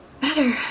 better